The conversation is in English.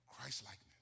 Christlikeness